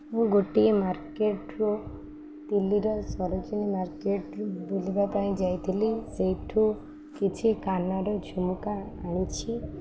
ମୁଁ ଗୋଟିଏ ମାର୍କେଟ୍ରୁୁ ଦିଲ୍ଲୀର ସରୋଜିନୀ ମାର୍କେଟ୍ରୁ ବୁଲିବା ପାଇଁ ଯାଇଥିଲି ସେଇଠୁ କିଛି କାନର ଝୁମୁକା ଆଣିଛି